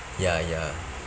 ya ya